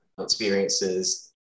experiences